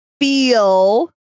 feel